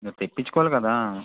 మీరు తెప్పించుకోవాలి కదా